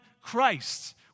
Christ